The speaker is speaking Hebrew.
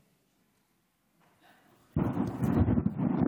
אדוני היושב-ראש,